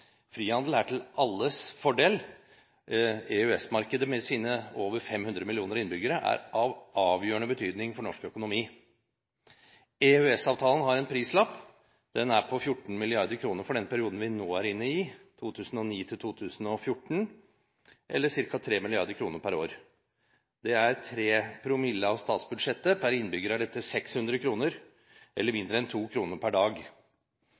Frihandel er til alles fordel, og EØS-markedet med sine over 500 millioner innbyggere er av avgjørende betydning for norsk økonomi. EØS-avtalen har en prislapp. Den er på 14 mrd. kr for den perioden vi nå er inne i, 2009–2014, eller ca. 3 mrd. kr per år. Det er 3 promille av statsbudsjettet. Per innbygger er dette 600 kr, eller mindre enn 2 kr per dag.